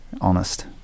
honest